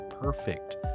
perfect